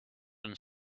and